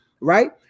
right